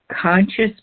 conscious